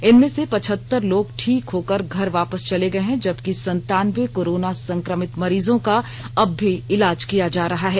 इनमें से पचहत्तर लोग ठीक होकर घर वापस चले गये हैं जबकि संतानवें कोरोना संक्रमित मरीजों का अब भी इलाज किया जा रहा है